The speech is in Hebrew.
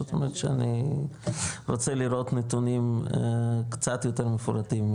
זאת אומרת שאני רוצה לראות נתונים קצת יותר מפורטים,